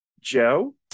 Joe